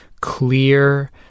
clear